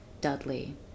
Dudley